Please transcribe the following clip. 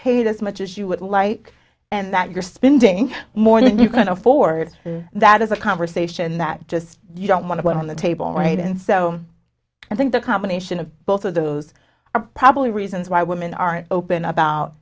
paid as much as you would like and that you're spending more than you can afford that is a conversation that just you don't want to put on the table right and so i think the combination of both of those are probably reasons why women aren't open about